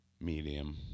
medium